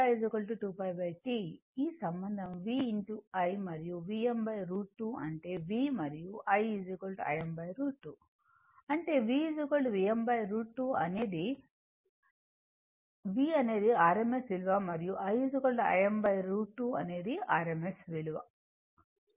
ఈ సంబంధం V I మరియు ఇది Vm√ 2 అంటే V మరియు I Im√ 2 అంటే V Vm√ 2 V అనేది rms విలువ మరియు I Im√ 2 అనేది rms విలువ